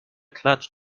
clutch